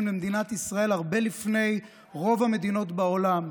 למדינת ישראל הרבה לפני רוב המדינות בעולם.